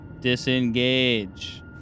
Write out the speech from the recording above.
Disengage